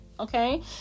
okay